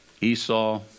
Esau